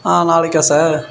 ஆ நாளைக்கா சார்